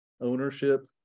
ownership